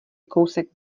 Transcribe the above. kousek